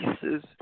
pieces